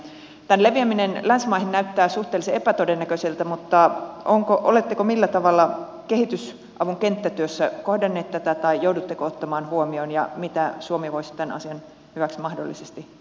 tämän leviäminen länsimaihin näyttää suhteellisen epätodennäköiseltä mutta oletteko millä tavalla kehitysavun kenttätyössä kohdanneet tätä tai joudutteko ottamaan tämän huomioon ja mitä suomi voisi tämän asian hyväksi mahdollisesti tehdä